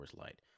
Light